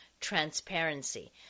transparency